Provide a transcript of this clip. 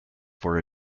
for